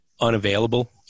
unavailable